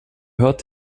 hört